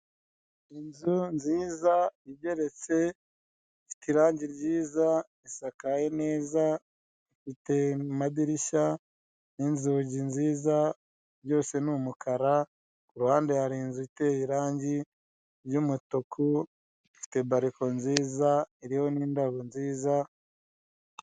Inzu nziza igeretse ifite irange ryiza, isakaye neza, iteye mu madirishya n'inzugi nziza byose ni umukara ku ruhande hari inzu iteye irange ry'umutuku ifite bariko nziza iriho n'indabo nziza.